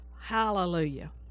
Hallelujah